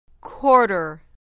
Quarter